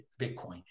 Bitcoin